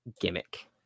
gimmick